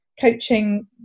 coaching